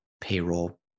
payroll